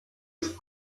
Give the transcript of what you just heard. ist